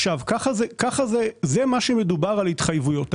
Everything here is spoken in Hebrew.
זה מה שמדובר על התחייבויות.